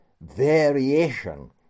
variation